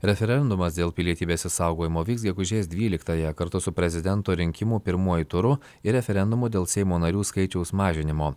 referendumas dėl pilietybės išsaugojimo vyks gegužės dvyliktąją kartu su prezidento rinkimų pirmuoju turu ir referendumu dėl seimo narių skaičiaus mažinimo